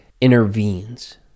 intervenes